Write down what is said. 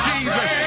Jesus